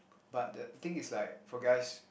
but the thing is like for guys